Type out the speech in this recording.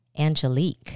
Angelique